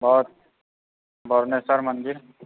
बरनेश्वर मन्दिर